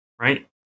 right